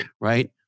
right